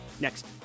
next